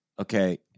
Okay